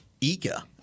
Ika